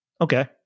Okay